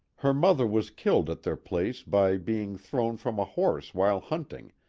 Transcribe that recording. her mother was killed at their place by being thrown from a horse while hunting,